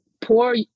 poor